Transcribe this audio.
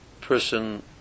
Person